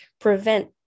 prevent